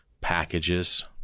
packages